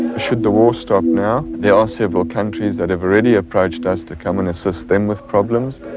should the war stop now there are several countries that have already approached us to come and assist them with problems.